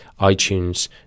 itunes